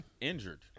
injured